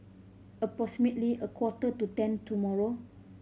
approximately a quarter to ten tomorrow